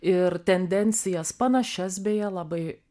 ir tendencijas panašias beje labai